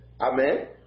Amen